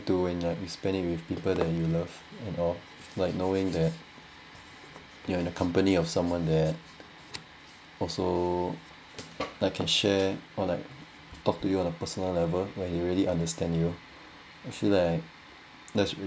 to and you spend with people that you love and all like knowing that you're in the company of someone that also like can share or like talk to you on a personal level where he really understand you I feel like that's